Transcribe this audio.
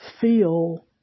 feel